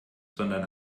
sondern